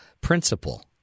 principle